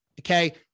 okay